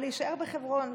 או להישאר חברון.